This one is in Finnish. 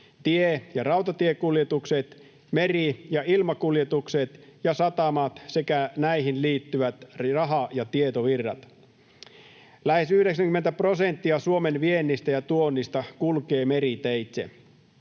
tie- ja rautatiekuljetukset, meri- ja ilmakuljetukset ja satamat sekä näihin liittyvät raha- ja tietovirrat. Lähes 90 prosenttia Suomen viennistä ja tuonnista kulkee meriteitse.